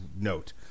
note